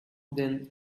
then